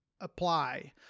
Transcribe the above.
apply